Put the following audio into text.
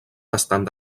bastant